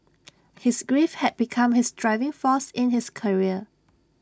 his grief had become his driving force in his career